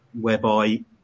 whereby